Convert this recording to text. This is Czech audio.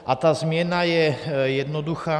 A ta změna je jednoduchá.